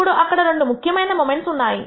ఇప్పుడు అక్కడ రెండు ముఖ్యమైన మొమెంట్స్ ఉన్నాయి